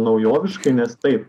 naujoviškai nes taip